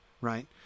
right